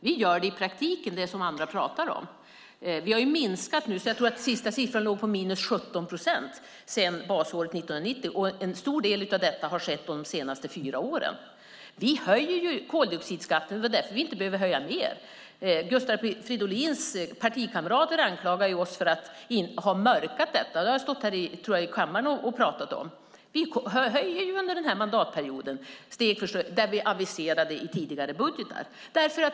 Vi gör i praktiken det som andra pratar om. Vi har minskat utsläppen nu; jag tror att den senaste siffran låg på minus 17 procent jämfört med basåret 1990. En stor del av detta har skett under de senaste fyra åren. Vi höjer koldioxidskatten. Det var därför vi inte behöver höja mer. Gustav Fridolins partikamrater anklagar oss för att ha mörkat detta. Jag har stått här i kammaren och pratat om detta. Vi höjer koldioxidskatten steg för steg under mandatperioden, och vi har aviserat detta i tidigare budgetar.